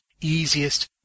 easiest